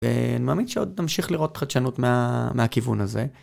א...מאמין שעוד נמשיך לראות חדשנות מה...מהכיוון הזה.